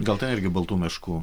gal ten irgi baltų meškų